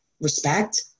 respect